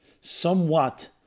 somewhat